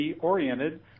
oriented